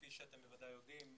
שכפי שאתם בוודאי יודעים,